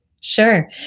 Sure